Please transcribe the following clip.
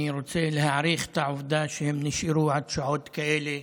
אני רוצה להעריך את העובדה שהם נשארו עד שעות כאלה